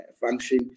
function